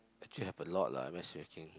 actually have a lot lah matchmaking